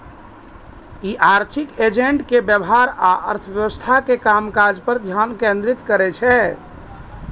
ई आर्थिक एजेंट के व्यवहार आ अर्थव्यवस्था के कामकाज पर ध्यान केंद्रित करै छै